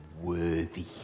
worthy